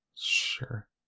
Sure